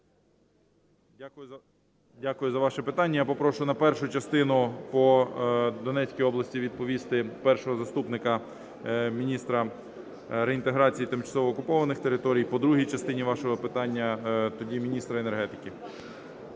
Дякую за ваше питання. Я попрошу на першу частину по Донецькій області відповісти першого заступника міністра реінтеграції тимчасово окупованих територій, по другій частині вашого питання тоді міністр енергетики.